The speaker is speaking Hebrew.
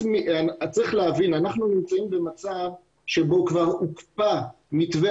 צריך להבין שאנחנו נמצאים במצב שבו כבר הוקפא מתווה